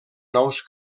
nous